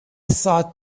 thought